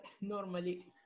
normally